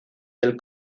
del